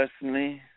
personally